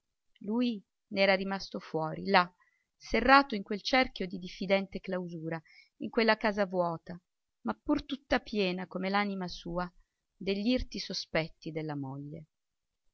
lui n'era rimasto fuori là serrato in quel cerchio di diffidente clausura in quella casa vuota ma pur tutta piena come l'anima sua degl'irti sospetti della moglie